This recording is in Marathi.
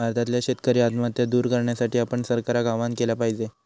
भारतातल्यो शेतकरी आत्महत्या दूर करण्यासाठी आपण सरकारका आवाहन केला पाहिजे